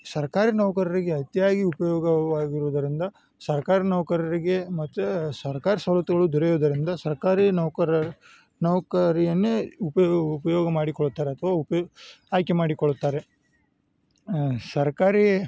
ಸರ್ಕಾರಿ ನೌಕರರಿಗೆ ಅತಿಯಾಗಿ ಉಪಯೋಗವಾಗಿರುವುದರಿಂದ ಸರ್ಕಾರಿ ನೌಕರರಿಗೆ ಮತ್ತು ಸರ್ಕಾರಿ ಸೌಲತ್ತುಗಳು ದೊರೆಯುವುದರಿಂದ ಸರ್ಕಾರಿ ನೌಕರರು ನೌಕರಿಯನ್ನೆ ಉಪಯೋಗ ಉಪಯೋಗ ಮಾಡಿಕೊಳ್ತಾರೆ ಅಥ್ವ ಉಪಯ್ ಆಯ್ಕೆ ಮಾಡಿಕೊಳ್ತಾರೆ ಸರ್ಕಾರಿ